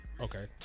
Okay